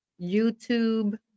YouTube